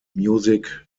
music